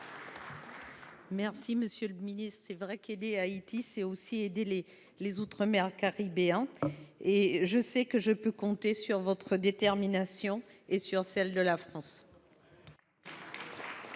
remercie, monsieur le ministre. Aider Haïti, c’est aussi aider les outre mer caribéens et je sais que je peux compter sur votre détermination et sur celle de la France.